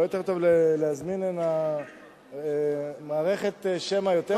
לא יותר טוב להזמין הנה מערכת שמע יותר טובה?